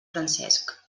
francesc